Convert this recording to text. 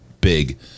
big